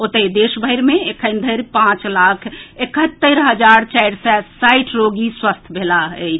ओतहि देशभरि मे एखन धरि पांच लाख एकहत्तरि हजार चारि सय साठि रोगी स्वस्थ भेलाह अछि